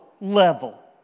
level